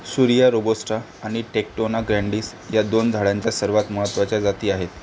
Suriya robusta आणि tectona grandis या दोन झाडांच्या सर्वात महत्त्वाच्या जाती आहेत